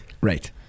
Right